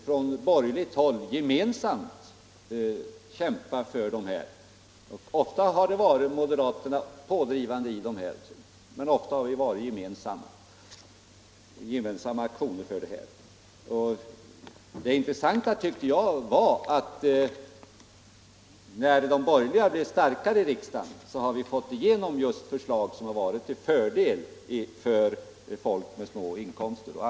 Från borgerligt håll har vi kämpat gemensamt, men ofta har moderaterna varit pådrivande. Det intressanta är att vi, sedan de borgerliga blivit starkare i riksdagen, har kunnat genomföra reformer som varit till fördel för människor med små inkomster.